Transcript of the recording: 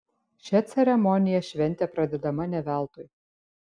šia ceremonija šventė pradedama ne veltui